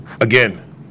Again